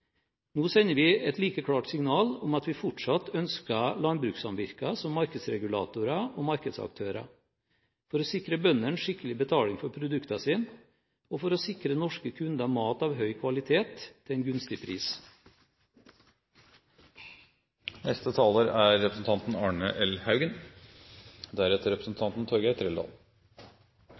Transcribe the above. Nå sender vi et like klart signal om at vi fortsatt ønsker landbrukssamvirkene som markedsregulatorer og markedsaktører, for å sikre bøndene skikkelig betaling for produktene sine og for å sikre norske kunder mat av høy kvalitet til en gunstig